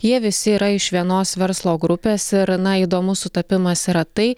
jie visi yra iš vienos verslo grupės ir na įdomus sutapimas yra tai